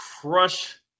crush